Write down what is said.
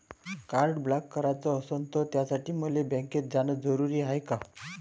Card block कराच असनं त त्यासाठी मले बँकेत जानं जरुरी हाय का?